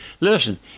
Listen